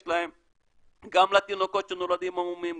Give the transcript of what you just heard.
גם התינוקות שנולדים עם המומים,